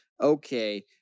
okay